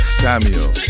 samuel